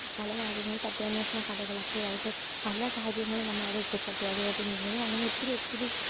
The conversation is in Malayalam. പല കാര്യങ്ങളും സത്യാന്വേഷണ കഥകളൊക്കെ ആയിട്ട് പല കാര്യങ്ങളും നമ്മൾ അത് ഉപ്പുസത്യാഗ്രഹത്തിന് ഇരുന്നതും അങ്ങനെ ഒത്തിരി ഒത്തിരി